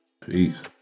Peace